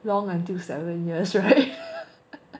long until seven years [right]